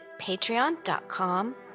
patreon.com